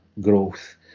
growth